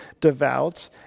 devout